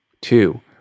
Two